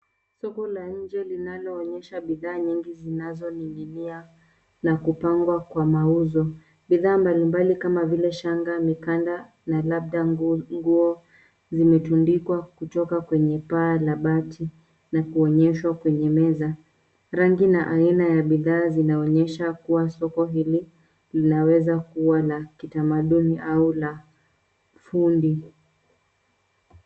Soko la nje linaloonyesha bidhaa nyingi zinazoning'inia na kupangwa kwa mauzo. Bidhaa mbalimbali kama vile shanga, mikanda na labda nguo zimetundikwa kutoka kwenye paa la bati na kuonyeshwa kwenye meza. Rangi na aina za bidhaa zinaonyesha kuwa soko hili linaweza kuwa la kitamaduni au la fundi.